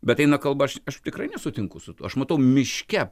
bet eina kalba aš tikrai nesutinku su tuo aš matau miške